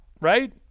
Right